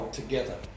together